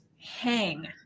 hang